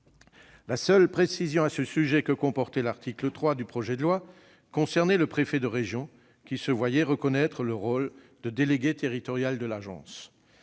La seule précision à ce sujet que comportait l'article 3 du projet de loi concernait le préfet de région, qui se voyait reconnaître le rôle de délégué territorial de l'Agence.